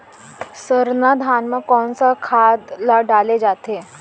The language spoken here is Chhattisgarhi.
सरना धान म कोन सा खाद ला डाले जाथे?